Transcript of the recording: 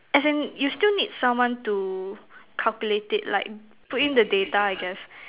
as in you still need someone to calculate it like put in the data I guess